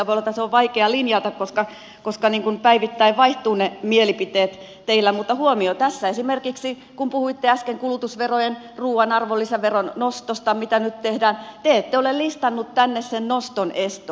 voi olla että se on vaikea linjata koska niin kuin päivittäin vaihtuvat ne mielipiteet teillä mutta huomio tässä esimerkiksi kun puhuitte äsken kulutusverojen ruuan arvonlisäveron nostosta mitä nyt tehdään te ette ole listanneet tänne sen noston estoa